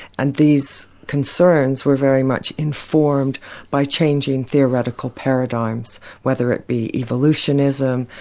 and these concerns were very much informed by changing theoretical paradigms, whether it be evolutionism,